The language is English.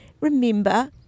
remember